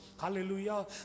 Hallelujah